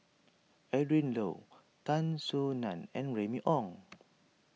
Adrin Loi Tan Soo Nan and Remy Ong